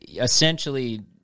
essentially